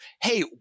hey